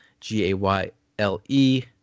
G-A-Y-L-E